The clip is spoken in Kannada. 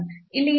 ಇಲ್ಲಿ ಇದು 0